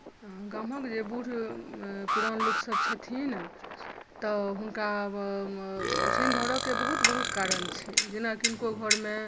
गामक जे बूढ़ पुरान लोकसभ छथिन तऽ हुनका आब ओछानि धरऽ के बहुत बहुत कारण छै जेना किनको घरमे